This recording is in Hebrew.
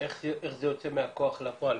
השאלה היא איך זה יוצא מהכוח אל הפועל,